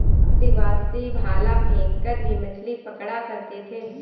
आदिवासी भाला फैंक कर भी मछली पकड़ा करते थे